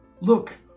Look